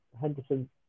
Henderson